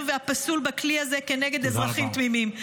והפסול בכלי הזה כנגד אזרחים תמימים,